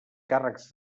càrrecs